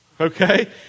Okay